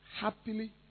happily